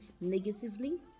negatively